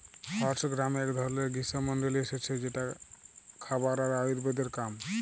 horse gram এক ধরলের গ্রীস্মমন্ডলীয় শস্য যেটা খাবার আর আয়ুর্বেদের কাম